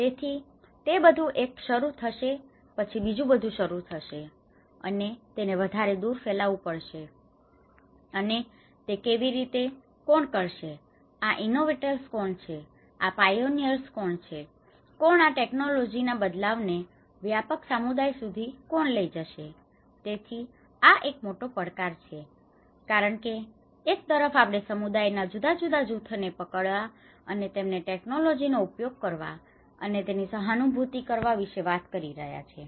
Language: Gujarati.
તેથી તે બધું એક શરુ થશે પછી બીજુંબધું શરુ થશે અને તેને વધારે દુર ફેલાવવું પડશે અને તે કેવી રીતે કોણ તે કરશે આ ઇનોવેટર્સ કોણ છે આ પાયોનિઅર્સ કોણ છે કોણ આ ટેક્નોલોજી ના બદલાવ ને વ્યાપક સમુદાય સુધી કોણ લઇ જશે તેથી આ એક મોટો પડકાર છે કારણ કે એક તરફ આપણે સમુદાયના જુદા જુદા જૂથોને પકડવા અને તેમને ટેક્નોલોજી નો ઉપયોગ કરવા અને તેની સહાનુભુતિ કરવા વિશે ની વાત કરી રહ્યા છીએ